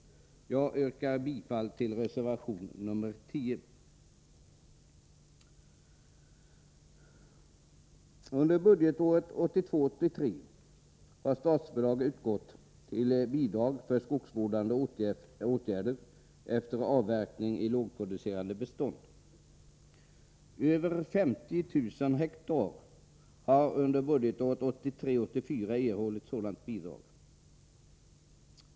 Jag yrkar bifall till reservation nr 10. Under budgetåret 1982 84 erhållit sådant bidrag.